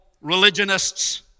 religionists